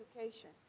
education